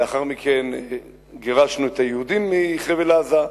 לאחר מכן גירשנו את היהודים מחבל-עזה,